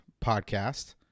podcast